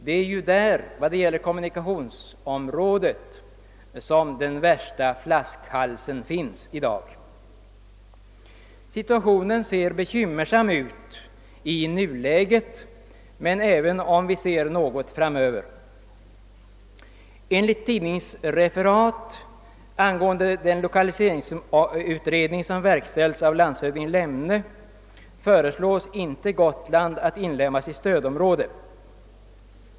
Det är där — på kommunikationsområdet — som den värsta flaskhalsen finns i dag. Situationen ser bekymmersam ut i nuläget men även framöver. Enligt tidningsreferat angående den lokaliseringsutredning som verkställts av landshövding Lemne föreslås inte Gotland bli inlemmat i stödområdet.